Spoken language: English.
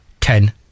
ten